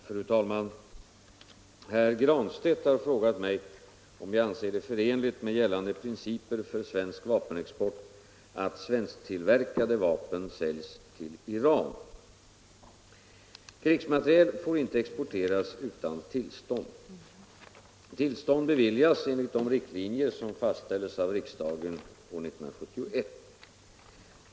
Fru talman! Herr Granstedt har frågat mig om jag anser det förenligt med gällande principer för svensk vapenexport att svensktillverkade vapen säljs till Iran. Krigsmateriel får inte exporteras utan tillstånd. Tillstånd beviljas enligt de riktlinjer som fastställdes av riksdagen 1971.